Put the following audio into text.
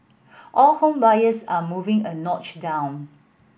all home buyers are moving a notch down